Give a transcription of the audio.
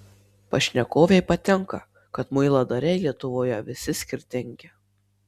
pašnekovei patinka kad muiladariai lietuvoje visi skirtingi